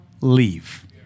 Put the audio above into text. leave